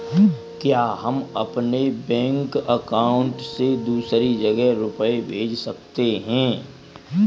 क्या हम अपने बैंक अकाउंट से दूसरी जगह रुपये भेज सकते हैं?